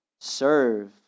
serve